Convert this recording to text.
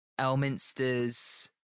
Elminster's